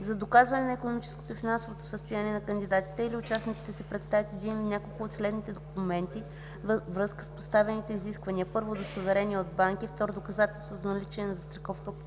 За доказване на икономическото и финансовото състояние на кандидатите или участниците се представят един или няколко от следните документи, във връзка с поставените изисквания: 1. удостоверения от банки; 2. доказателства за наличие на застраховка